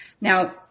Now